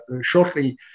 shortly